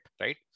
right